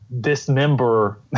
dismember